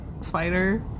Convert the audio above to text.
spider